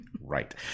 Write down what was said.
right